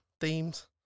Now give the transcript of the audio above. themes